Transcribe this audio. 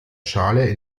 schale